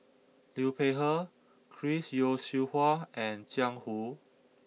Liu Peihe Chris Yeo Siew Hua and Jiang Hu